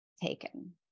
taken